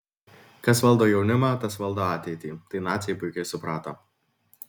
kas valdo jaunimą tas valdo ateitį tai naciai puikiai suprato